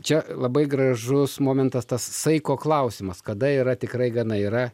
čia labai gražus momentas tas saiko klausimas kada yra tikrai gana yra